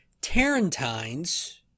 Tarentines